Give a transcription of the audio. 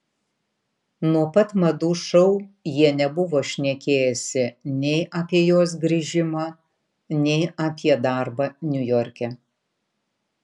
nuo pat madų šou jie nebuvo šnekėjęsi nei apie jos grįžimą nei apie darbą niujorke